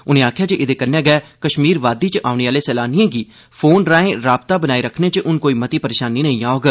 उनें आक्खेआ जे एह्दे कन्नै गै कश्मीर वादी च औने आह्ले सैलानियें गी फोन राए रावता बनाए रक्खने च हुन कोई मती परेशानी नेई औग